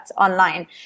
online